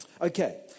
Okay